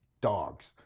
dogs